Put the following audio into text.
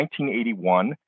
1981